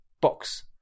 box